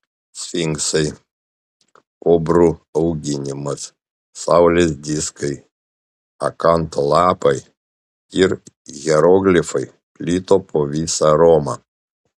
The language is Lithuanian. sfinksai kobrų auginimas saulės diskai akanto lapai ir hieroglifai plito po visą romą